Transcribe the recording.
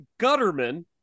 Gutterman